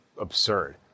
absurd